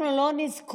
אנחנו לא נזקוף